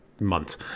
months